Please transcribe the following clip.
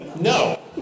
No